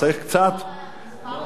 חבל,